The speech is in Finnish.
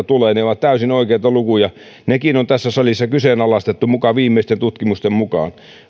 tulee ovat täysin oikeita lukuja nekin on tässä salissa kyseenalaistettu muka viimeisten tutkimusten mukaan